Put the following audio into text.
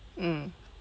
mm